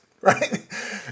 right